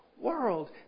world